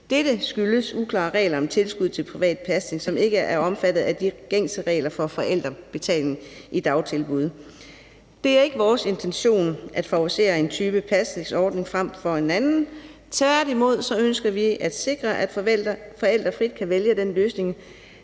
Dette skyldes uklare regler om tilskud til privat pasning, som ikke er omfattet af de gængse regler for forældrebetaling i dagtilbud. Det er ikke vores intention at favorisere en type pasningsordning frem for en anden. Tværtimod ønsker vi at sikre, at forældre frit kan vælge den løsning,